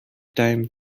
time